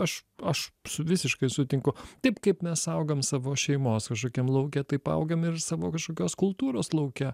aš aš su visiškai sutinku taip kaip mes augam savo šeimos kažokiam lauke taip augam ir savo kažkokios kultūros lauke